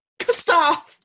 Stop